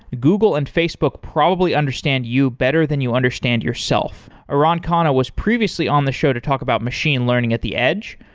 google and facebook probably understand you better than you'll understand yourself. aran khanna was previously on the show to talk about machine learning at the edge.